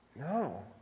No